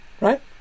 right